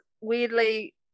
weirdly